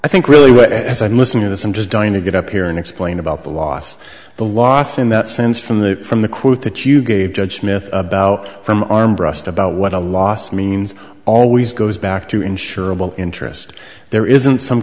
i think really what as i'm listening to this i'm just dying to get up here and explain about the loss the loss in that sense from the from the quote that you gave judge smith about from arm brust about what a loss means always goes back to insurable interest there isn't some